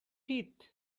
teeth